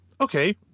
okay